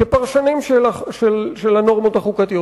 כפרשנים של הנורמות החוקתיות.